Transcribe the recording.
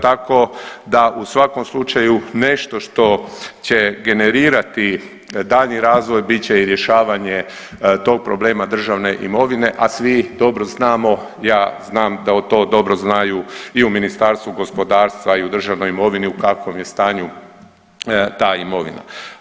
Tako da u svakom slučaju nešto što će generirati daljnji razvoj bit će i rješavanje tog problema državne imovine, a svi dobro znamo da to dobro znaju i u Ministarstvu gospodarstva i u državnoj imovini u kakvom je stanju ta imovina.